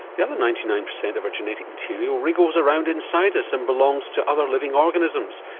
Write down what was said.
the other ninety nine percent of our genetic material wriggles around inside us and belongs to other living organisms.